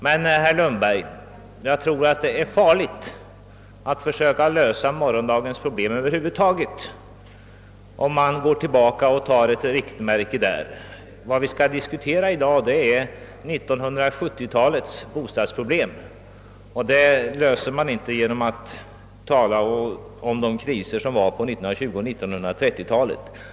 Men, herr Lundberg, jag tror att det är farligt att försöka lösa morgondagens problem över huvud taget, om man tar till riktmärke hur det var på den tiden. Vad vi skall diskutera i dag är 1970-talets bostadsmiljö och den löser man inte, om man tar kriserna på 1920 och 1930-talen till förebild.